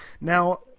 Now